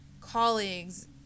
colleagues